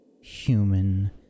human